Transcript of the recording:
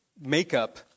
makeup